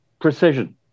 precision